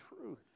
truth